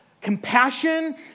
compassion